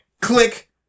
click